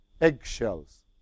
eggshells